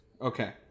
Okay